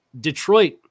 Detroit